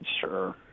sure